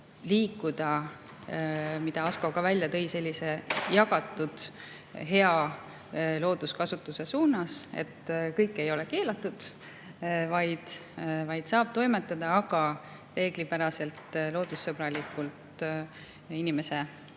liikuda – seda tõi ka Asko välja – sellise jagatud hea looduskasutuse suunas, et kõik ei ole keelatud, vaid saab toimetada, aga reeglipäraselt, loodussõbralikult,